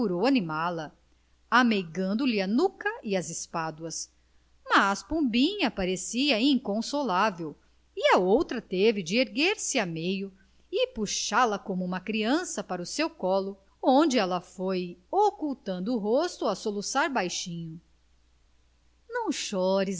procurou animá-la ameigando lhe a nuca e as espáduas mas pombinha parecia inconsolável e a outra teve de erguer-se a meio e puxá-la como uma criança para o seu colo onde ela foi ocultando o rosto a soluçar baixinho não chores